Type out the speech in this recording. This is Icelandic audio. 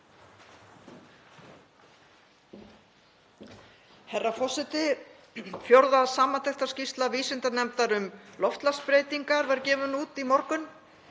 Herra forseti. Fjórða samantektarskýrsla vísindanefndar um loftslagsbreytingar var gefin út í morgun.